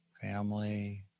family